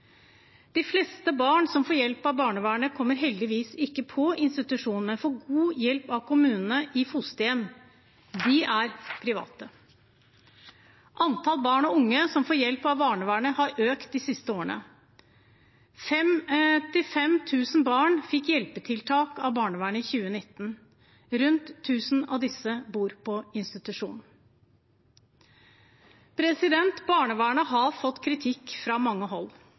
De fleste barn som får hjelp av barnevernet, kommer heldigvis ikke på institusjon, men får god hjelp av kommunene i fosterhjem – og de er private. Antallet barn og unge som får hjelp av barnevernet, har økt de siste årene. 55 000 barn fikk hjelpetiltak av barnevernet i 2019, og rundt 1 000 av disse bor på institusjon. Barnevernet har fått kritikk fra mange hold,